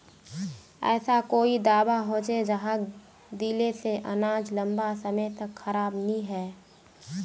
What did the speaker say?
ऐसा कोई दाबा होचे जहाक दिले से अनाज लंबा समय तक खराब नी है?